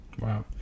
Wow